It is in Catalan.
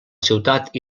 ciutat